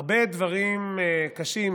הרבה דברים קשים